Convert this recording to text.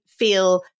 feel